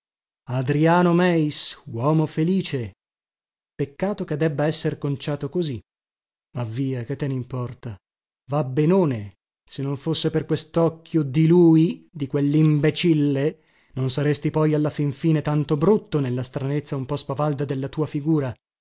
adriano meis uomo felice peccato che debba esser conciato così ma via che te nimporta va benone se non fosse per questocchio di lui di quellimbecille non saresti poi alla fin fine tanto brutto nella stranezza un po spavalda della tua figura